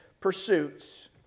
pursuits